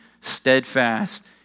steadfast